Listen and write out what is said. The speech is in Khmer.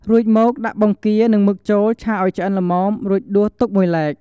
រួចមក ដាក់បង្គា និងមឹកចូលឆាឱ្យឆ្អិនល្មម រួចដួសទុកមួយឡែក។